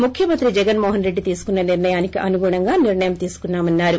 ముఖ్యమంత్రి జగన్ మోహన్ రెడ్డి తీసుకున్న నిర్ణయానికి అనుగుణంగా నిర్ణయం తీసుకున్నామన్నారు